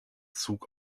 zug